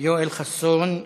יואל חסון,